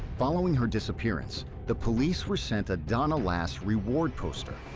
following her disappearance, the police were sent a donna lass reward poster.